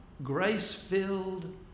grace-filled